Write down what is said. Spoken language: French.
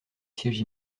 siège